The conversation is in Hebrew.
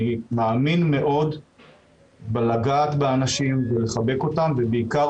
אני מאמין מאוד בלגעת באנשים ולחבק אותם ובעיקר